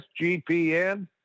SGPN